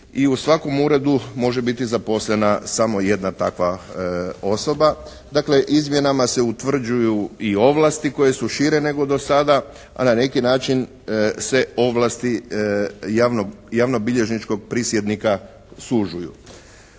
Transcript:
i u svakom uredu može biti zaposlena samo jedna takva osoba. Dakle izmjenama se utvrđuju i ovlasti koje su šire nego do sada, a na neki način se ovlasti javnobilježničkog prisjednika sužuju.